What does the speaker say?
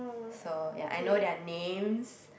so ya I know their names